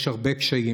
יש הרבה קשיים,